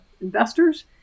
investors